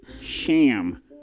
Sham